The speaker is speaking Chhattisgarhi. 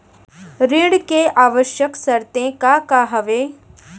ऋण के आवश्यक शर्तें का का हवे?